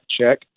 check